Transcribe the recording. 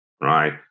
right